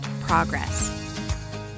Progress